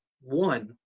one